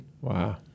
Wow